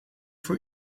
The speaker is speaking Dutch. voor